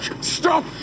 stop